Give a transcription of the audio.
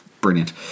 brilliant